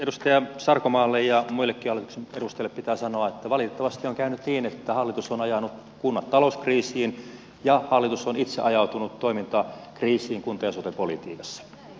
edustaja sarkomaalle ja muillekin hallituksen edustajille pitää sanoa että valitettavasti on käynyt niin että hallitus on ajanut kunnat talouskriisiin ja hallitus on itse ajautunut toimintakriisiin kunta ja sote politiikassa